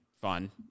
fun